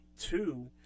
two